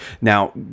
Now